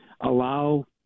allow